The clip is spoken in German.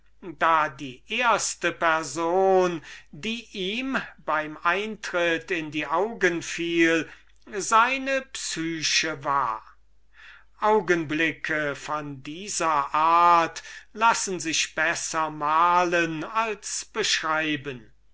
da die erste person die ihm beim eintritt in die augen fiel seine psyche war augenblicke von dieser art lassen sich besser malen als beschreiben